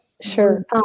Sure